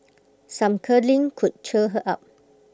some cuddling could cheer her up